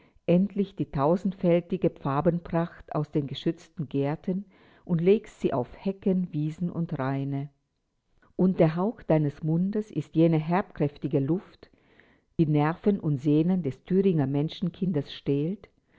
endlich die tausendfältige farbenpracht aus den geschützten gärten und legst sie auf hecken wiesen und raine und der hauch deines mundes ist jene herbkräftige luft die nerven und sehnen des thüringer menschenkindes stählt